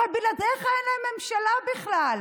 הרי בלעדיך אין להם ממשלה בכלל.